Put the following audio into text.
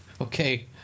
okay